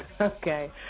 okay